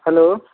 hello